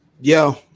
yo